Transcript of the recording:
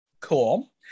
Cool